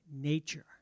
nature